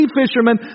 fishermen